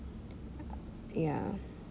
ya